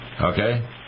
Okay